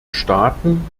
staaten